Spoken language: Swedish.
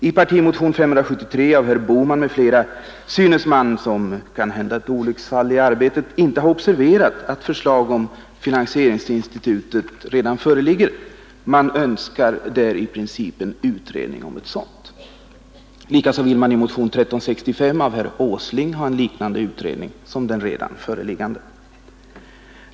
I partimotion 573 av herr Bohman m.fl. synes motionärerna, kanske som ett olycksfall i arbetet, inte ha observerat att förslag om finansieringsinstitutet redan föreligger. Motionärerna önskar därför i princip en utredning om ett sådant. Likaså kräver herr Åsling m.fl. i motionen 1365 en liknande utredning som den redan föreliggande.